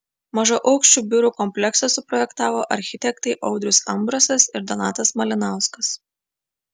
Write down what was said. mažaaukščių biurų kompleksą suprojektavo architektai audrius ambrasas ir donatas malinauskas